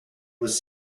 was